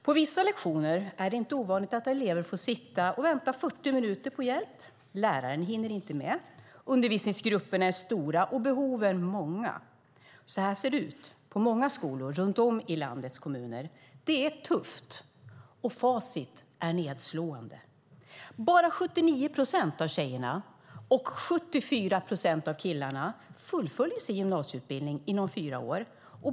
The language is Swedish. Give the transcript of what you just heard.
På vissa lektioner är det inte ovanligt att elever får sitta och vänta 40 minuter på hjälp. Läraren hinner inte med. Undervisningsgrupperna är stora och behoven många. Så här ser det ut på många skolor runt om i landets kommuner. Det är tufft, och facit är nedslående. Bara 79 procent av tjejerna och 74 procent av killarna fullföljer sin gymnasieutbildning inom fyra år.